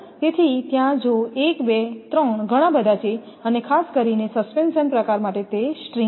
તેથી ત્યાં જો 1 2 3 ઘણા બધા છે અને ખાસ કરીને સસ્પેન્શન પ્રકાર માટે તે સ્ટ્રિંગ છે